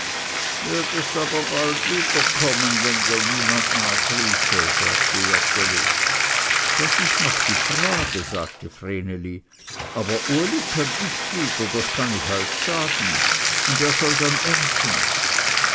würdest aber bald wieder kommen wenn dir niemand nachliefe sagte joggeli das ist noch die frage sagte vreneli aber uli kömmt nicht wieder das kann ich euch sagen und wer soll dann ernten